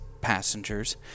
passengers